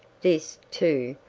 this, too,